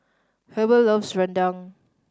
Heber loves rendang